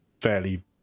fairly